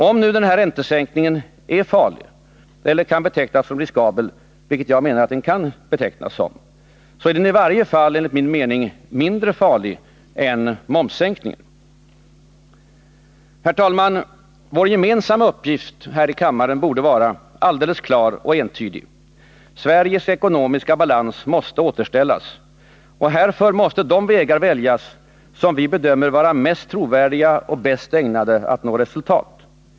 Om den här räntesänkningen är farlig eller kan betecknas som riskabel, vilket jag menar, är den i varje fall mindre farlig än en momssänkning. Herr talman! Vår gemensamma uppgift här i kammaren borde vara alldeles klar och entydig: Sveriges ekonomiska balans måste återställas. Härför måste de vägar väljas som vi bedömer vara mest trovärdiga och bäst ägnade att nå resultat.